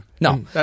No